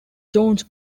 jones